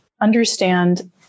understand